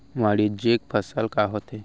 वाणिज्यिक फसल का होथे?